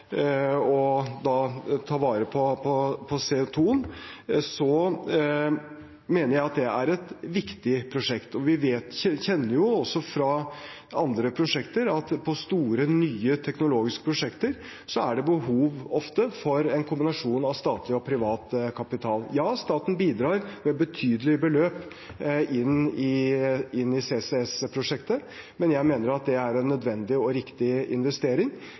ta vare på CO 2 , mener jeg at det er et viktig prosjekt. Vi kjenner jo også fra andre prosjekter at på store, nye teknologiske prosjekter er det ofte behov for en kombinasjon av statlig og privat kapital. Ja, staten bidrar med betydelige beløp i CCS-prosjekter, men jeg mener at det er en nødvendig og riktig investering.